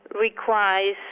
requires